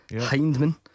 Hindman